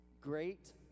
great